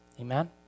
Amen